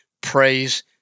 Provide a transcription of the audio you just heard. Praise